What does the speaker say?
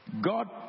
God